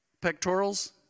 Pectorals